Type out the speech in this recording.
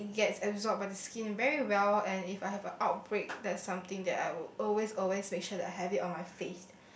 and it gets absorb by the skin very well and if I have a outbreak that something that I would always always facial the habit on my face